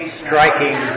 striking